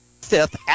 fifth